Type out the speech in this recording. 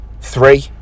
Three